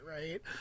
right